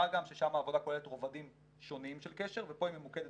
מה גם ששם העבודה כוללת רבדים שונים של קשר ופה היא ממוקדת